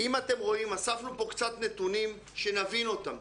אתם רואים, אספנו פה קצת נתונים שנבין אותם.